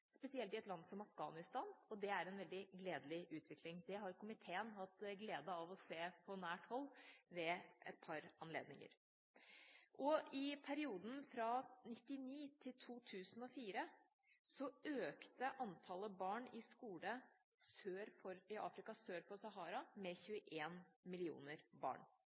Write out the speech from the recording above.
spesielt i et land som Afghanistan, og det er en veldig gledelig utvikling. Det har komiteen hatt gleden av å se på nært hold ved et par anledninger. I perioden fra 1999 til 2004 økte antallet barn i skole i Afrika sør for Sahara med 21 millioner.